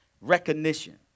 recognition